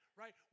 right